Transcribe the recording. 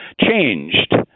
changed